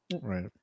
Right